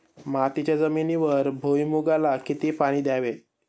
मातीच्या जमिनीवर भुईमूगाला किती पाणी द्यावे?